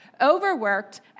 overworked